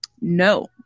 no